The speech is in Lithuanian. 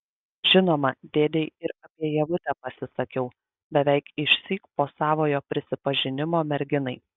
žinoma dėdei ir apie ievutę pasisakiau beveik išsyk po savojo prisipažinimo merginai